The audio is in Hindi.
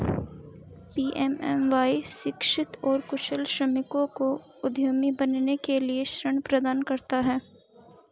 पी.एम.एम.वाई शिक्षित और कुशल श्रमिकों को उद्यमी बनने के लिए ऋण प्रदान करता है